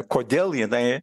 kodėl jinai